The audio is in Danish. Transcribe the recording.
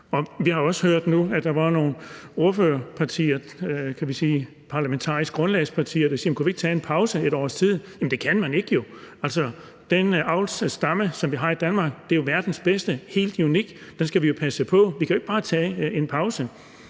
fra partier, der er parlamentarisk grundlag, der siger, at kunne vi ikke tage en pause et års tid. Jamen det kan man jo ikke. Den avlsstamme, som vi har i Danmark, er verdens bedste, den er helt unik. Den skal vi passe på. Vi kan jo ikke bare tage en pause.